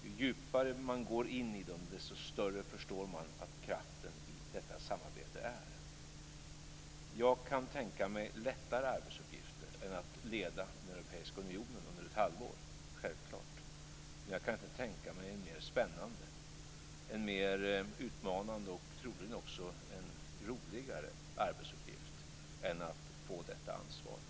Ju djupare man går in i dem desto mer förstår man hur stor kraften i detta samarbete är. Jag kan självklart tänka mig lättare arbetsuppgifter än att leda den europeiska unionen under ett halvår. Men jag kan inte tänka mig en mer spännande, mer utmanande och - troligen - roligare arbetsuppgift än att få detta ansvar.